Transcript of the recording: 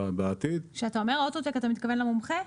כשאתה אומר אוטו-טק, אתה מתכוון למומחה?